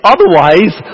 Otherwise